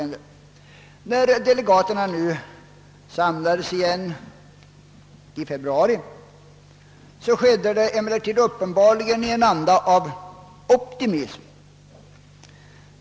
När delegaterna nu samlades igen i februari var det emellertid uppenbarligen i en anda av optimism.